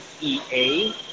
EA